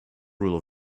rule